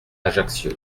ajaccio